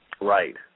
Right